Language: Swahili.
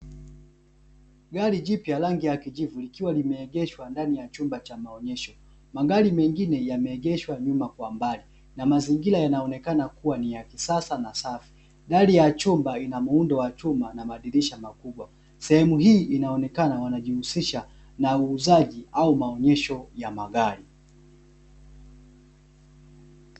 Gari jipya rangi ya kijivu likiwa limeegeshwa ndani ya chumba cha maonyesho, magari mengine yameegeshwa nyuma kwa mbali na mazingira yanaonekana kuwa ni ya kisasa na safi, gari ya chumba inamuundo wa chuma na madirisha makubwa. Sehemu hii inaonyesha wanajihusisha na uuzaji au maonyesho ya magari.